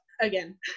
again